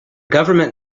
government